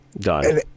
Done